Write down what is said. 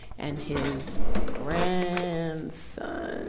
and his grandson.